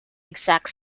exact